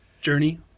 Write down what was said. Journey